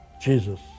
Jesus